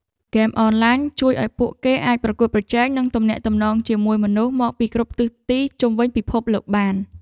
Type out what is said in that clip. ហ្គេមអនឡាញជួយឱ្យពួកគេអាចប្រកួតប្រជែងនិងទំនាក់ទំនងជាមួយមនុស្សមកពីគ្រប់ទិសទីជុំវិញពិភពលោកបាន។